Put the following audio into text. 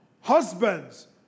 Husbands